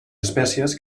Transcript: espècies